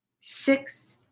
six